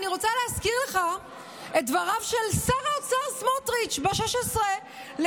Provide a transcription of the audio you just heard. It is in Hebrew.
אני רוצה להזכיר לך את דבריו של שר האוצר סמוטריץ' ב-16 בנובמבר.